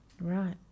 Right